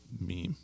meme